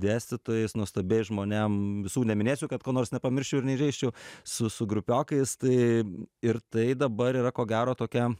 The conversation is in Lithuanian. dėstytojais nuostabiais žmonėm visų neminėsiu kad ko nors nepamirščiau ir neįžeisčiau su su grupiokais tai ir tai dabar yra ko gero tokia